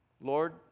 Lord